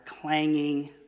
clanging